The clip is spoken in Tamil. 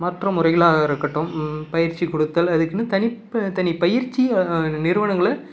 மற்ற முறைகளாக இருக்கட்டும் பயிற்சி கொடுத்தல் அதுக்குனு தனித்தனி பயிற்சி நிறுவனங்களை